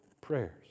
prayers